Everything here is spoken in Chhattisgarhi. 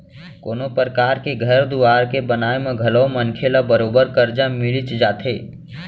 कोनों परकार के घर दुवार के बनाए म घलौ मनखे ल बरोबर करजा मिलिच जाथे